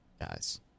guys